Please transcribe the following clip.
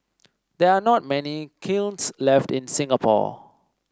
there are not many kilns left in Singapore